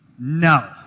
No